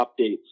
updates